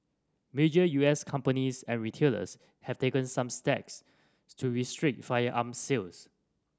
major U S companies and retailers have taken some steps to restrict firearm sales